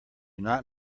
not